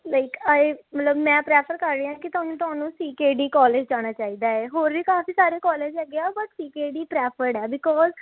like I ਮਤਲਬ ਮੈਂ prefer ਕਰ ਰਹੀ ਹਾਂ ਕਿ ਤੁਹਾਨੂੰ ਤੁਹਾਨੂੰ ਸੀ ਕੇ ਡੀ ਕੋਲਜ ਜਾਣਾ ਚਾਹੀਦਾ ਹੈ ਹੋਰ ਵੀ ਕਾਫੀ ਸਾਰੇ ਕੋਲਜ ਹੈਗੇ ਆ but C K D preferred ਆ ਬਿਕੋਜ਼